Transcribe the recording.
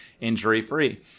injury-free